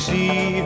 See